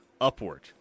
upward